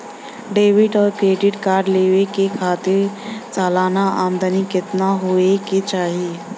Debit और credit card लेवे के खातिर सलाना आमदनी कितना हो ये के चाही?